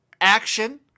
action